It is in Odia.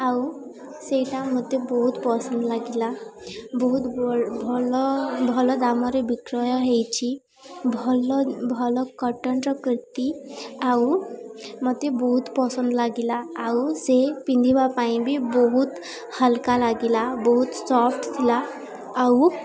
ଆଉ ସେଇଟା ମୋତେ ବହୁତ ପସନ୍ଦ ଲାଗିଲା ବହୁତ ଭଲ ଭଲ ଦାମରେ ବିକ୍ରୟ ହେଇଛିି ଭଲ ଭଲ କଟନ୍ର କୁର୍ତ୍ତି ଆଉ ମୋତେ ବହୁତ ପସନ୍ଦ ଲାଗିଲା ଆଉ ସେ ପିନ୍ଧିବା ପାଇଁ ବି ବହୁତ ହାଲକା ଲାଗିଲା ବହୁତ ସଫ୍ଟ ଥିଲା ଆଉ